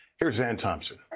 here's anne thompson.